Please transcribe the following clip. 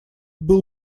был